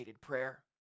prayer